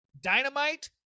dynamite